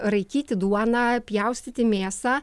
raikyti duoną pjaustyti mėsą